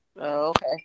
Okay